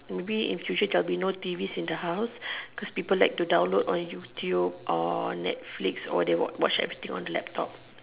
maybe in future there will be no T_Vs in the house because people like to download on YouTube or netflix or they watch everything on the laptop